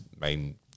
main